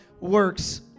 works